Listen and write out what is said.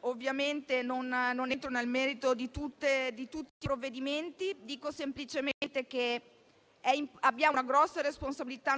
Ovviamente non entro nel merito di tutti i provvedimenti. Dico semplicemente che come politici abbiamo una grossa responsabilità,